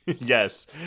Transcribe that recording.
Yes